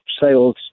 sales